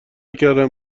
کردن